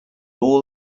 all